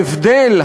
ההבדל,